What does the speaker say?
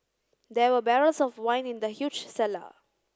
there were barrels of wine in the huge cellar